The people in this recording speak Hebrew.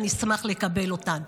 אשמח לקבל אותן.